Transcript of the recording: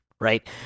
right